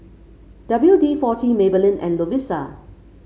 W D forty Maybelline and Lovisa